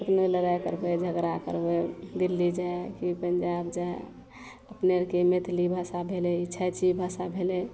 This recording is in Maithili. कतनो लड़ाइ करबै झगड़ा करबै दिल्ली जाए कि पञ्जाब जाए अपने आओरके मैथिली भाषा भेलै ई छै छी भाषा भेलै